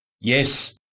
Yes